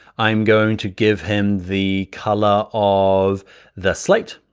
i'm going to give him the color of the slate.